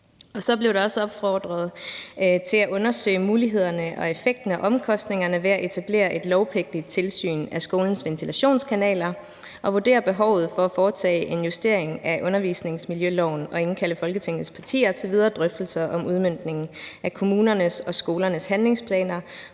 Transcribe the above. Der blev også opfordret til at undersøge mulighederne for og effekten af omkostningerne ved at etablere et lovpligtigt tilsyn af skolens ventilationskanaler og vurdere behovet for at foretage en justering af undervisningsmiljøloven. Derudover blev der opfordret til at indkalde Folketingets partier til videre drøftelser om udmøntningen af kommunernes og skolernes handlingsplaner,